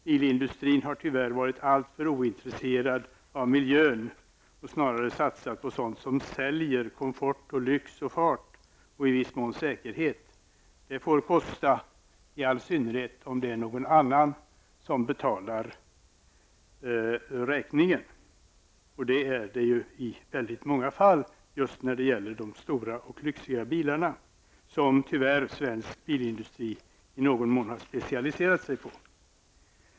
Bilindustrin har tyvärr varit alltför ointresserad av miljön och snarare satsat på sådant som säljer: komfort, lyx, fart och i viss mån säkerhet -- sådant får kosta, i all synnerhet om det är någon annan som betalar räkningen, vilket det i väldigt många fall är när det gäller just de stora och lyxiga bilarna, som svensk bilindustri tyvärr i någon mån har specialiserat sig på.